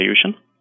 solution